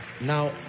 Now